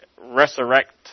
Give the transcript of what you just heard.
resurrect